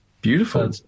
beautiful